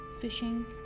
fishing